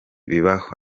bibaho